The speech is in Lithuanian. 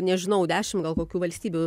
nežinau dešim gal kokių valstybių